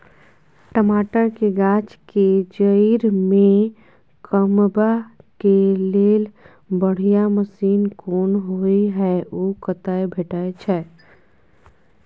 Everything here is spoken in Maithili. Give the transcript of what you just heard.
टमाटर के गाछ के जईर में कमबा के लेल बढ़िया मसीन कोन होय है उ कतय भेटय छै?